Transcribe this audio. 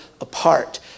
apart